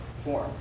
form